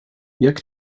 jak